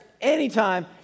anytime